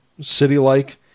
city-like